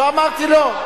לא אמרתי לו.